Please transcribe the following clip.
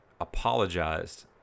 apologized